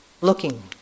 Looking